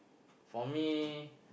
for me